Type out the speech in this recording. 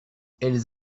elles